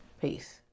Peace